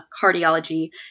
Cardiology